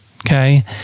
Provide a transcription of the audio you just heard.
okay